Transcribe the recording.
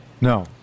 no